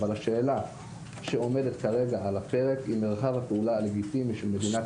אבל השאלה שעומדת כרגע על הפרק היא מרחב הפעולה הלגיטימי של מדינת